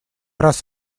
раз